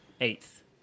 Eighth